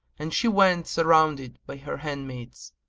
and she went surrounded by her handmaids.